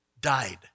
died